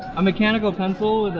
a mechanical pencil?